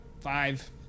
five